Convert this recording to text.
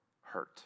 hurt